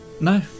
No